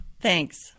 Thanks